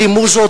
בלי מוזות,